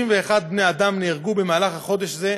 31 בני אדם נהרגו בחודש זה,